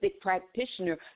practitioner